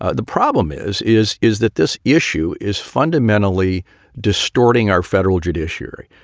ah the problem is, is, is that this issue is fundamentally distorting our federal judiciary,